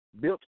built